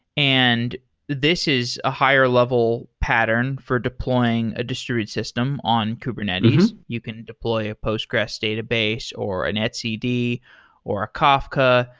and this is a higher level pattern for deploying a distributed system on kubernetes. you can deploy a postgresql database, or an etcd, or a kafka,